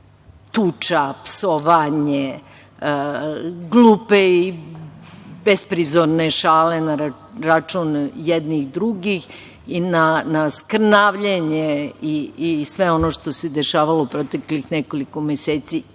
tuča, psovanje, glupe i besprizorne šale na račun jedni drugih i na skrnavljenje i na sve ono što se dešavalo u proteklih nekoliko meseci